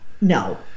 No